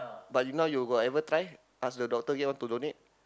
but now you got ever try ask the doctor get one to donate